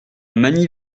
magny